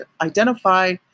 identify